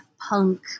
punk